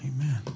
Amen